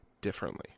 differently